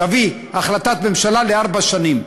תביא החלטת ממשלה לארבע שנים.